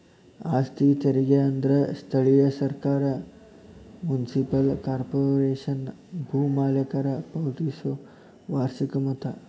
ಆಸ್ತಿ ತೆರಿಗೆ ಅಂದ್ರ ಸ್ಥಳೇಯ ಸರ್ಕಾರ ಮುನ್ಸಿಪಲ್ ಕಾರ್ಪೊರೇಶನ್ಗೆ ಭೂ ಮಾಲೇಕರ ಪಾವತಿಸೊ ವಾರ್ಷಿಕ ಮೊತ್ತ